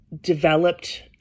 developed